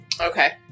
Okay